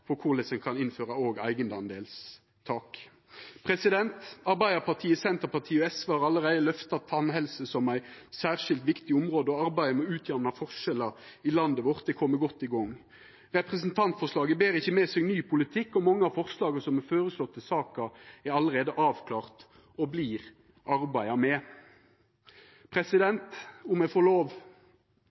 korleis ein kan innføra eigenandelstak. Arbeidarpartiet, Senterpartiet og SV har allereie løfta tannhelse som eit særskilt viktig område, og arbeidet med å utjamna forskjellar i landet vårt har kome godt i gang. Representantforslaget ber ikkje med seg ny politikk, og mange av forslaga som er fremja i saka, er allereie avklarte og vert arbeidde med. Om eg får lov: